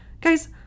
Guys